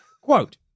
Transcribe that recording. Quote